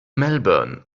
melbourne